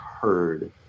heard